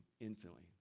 infinitely